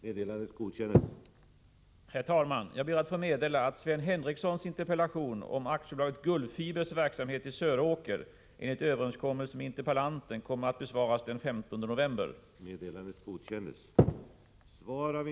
Anledningen till att svaren anstår är i det första fallet att interpellanten inte har möjlighet att ta emot svaret den dag jag hade för avsikt att besvara interpellationen och i det andra att svaret kräver längre förberedelsetid på grund av att de frågor som ställts i interpellationen berör mer än ett departement.